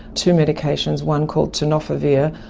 two medications, one called tenofovir,